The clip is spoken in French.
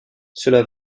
cela